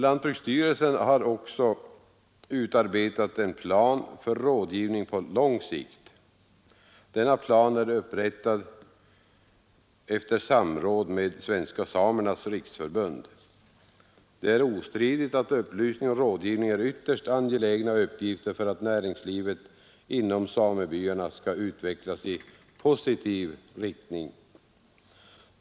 Lantbruksstyrelsen har också arbetat ut en plan för rådgivning på lång sikt. Denna plan är upprättad efter samråd med Svenska samernas riksförbund. Det är ostridigt att upplysning och rådgivning är ytterst angelägna uppgifter för att näringslivet inom samebyarna skall utvecklas i positiv riktning.